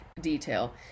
detail